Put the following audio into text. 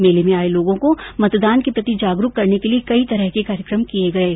मेले में आये लोगों को मतदान के प्रति जागरूक करने के लिये कई तरह के कार्यक्रम किये गये